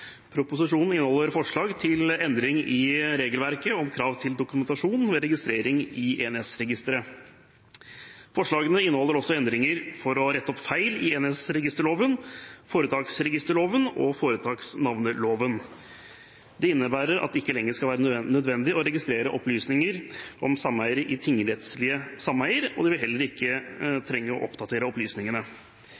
Proposisjonen inneholder forslag til endringer i regelverket om krav til dokumentasjon ved registrering i Enhetsregisteret. Forslagene inneholder også endringer for å rette opp feil i enhetsregisterloven, foretaksregisterloven og foretaksnavneloven. Det innebærer at det ikke lenger skal være nødvendig å registrere opplysninger om sameiere i tingsrettslige sameier, og de vil heller ikke trenge å oppdatere opplysningene.